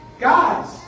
Guys